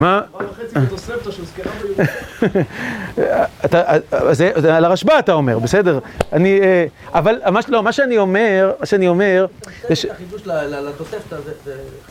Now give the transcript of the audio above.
מה? שעה וחצי של תוספתא שהוזכרה ב.. אתה... זה... על הרשב״א אתה אומר, בסדר, אני, אה, אבל מה שאני אומר, מה שאני אומר, זה ש חידוש לתוספתא זה